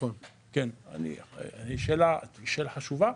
שאלה חשובה.